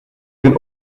ben